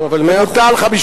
בוטלו חמש